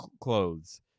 clothes